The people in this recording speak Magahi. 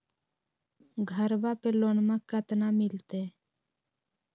घरबा पे लोनमा कतना मिलते?